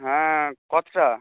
হ্যাঁ কতটা